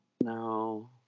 No